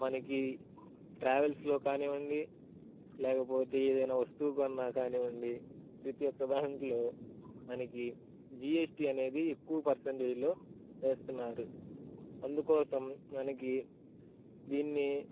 మనకి ట్రావెల్స్లో కానివ్వండి లేకపోతే ఏదైనా వస్తువు కొన్నా కానివ్వండి ప్రతి ఒక్క దానిలో మనకి జీ ఎస్ టీ అనేది ఎక్కువ పర్సంటేజ్లో వేస్తున్నారు అందుకోసం మనకి దీన్ని